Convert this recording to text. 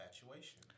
infatuation